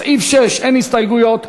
לסעיף 6 אין הסתייגויות,